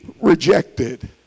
rejected